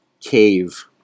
cave